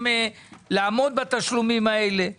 לעמוד בתשלומים האלה,